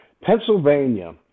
Pennsylvania